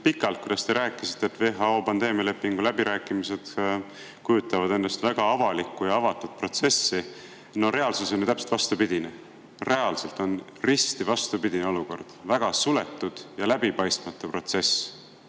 pikalt, kuidas te rääkisite, et WHO pandeemialepingu läbirääkimised kujutavad endast väga avalikku ja avatud protsessi. No reaalsus on ju täpselt vastupidine. Reaalselt on risti vastupidine olukord, väga suletud ja läbipaistmatu protsess.